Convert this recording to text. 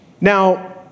Now